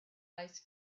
ice